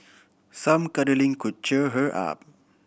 some cuddling could cheer her up